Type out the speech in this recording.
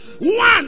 one